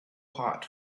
hot